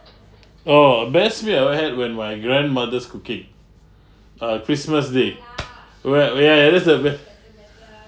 oh best meal I ever had when my grandmother's cooking uh christmas day where ya ya that's the best